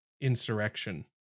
insurrection